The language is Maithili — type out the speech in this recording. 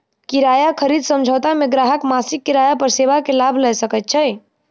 किराया खरीद समझौता मे ग्राहक मासिक किराया पर सेवा के लाभ लय सकैत छै